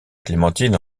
clémentine